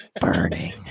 burning